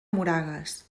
moragues